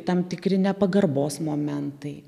tam tikri nepagarbos momentai